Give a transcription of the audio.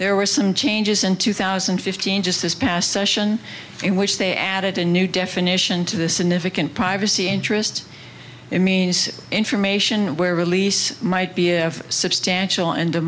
there were some changes in two thousand and fifteen just this past in which they added a new definition to the significant privacy interest it means information where release might be of substantial and the